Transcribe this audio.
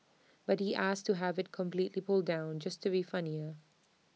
but he asked to have IT completely pulled down just to be funnier